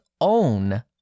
own